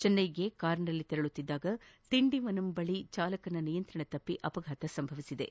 ಚೆನ್ನೈಗೆ ಕಾರಿನಲ್ಲಿ ತೆರಳುತ್ತಿದ್ದಾಗ ತಿಂಡಿವನಂ ಬಳಿ ಚಾಲಕನ ನಿಯಂತ್ರಣ ತಪ್ಪಿ ಅಪಘಾತ ಸಂಭವಿಸಿತು